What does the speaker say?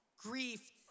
grief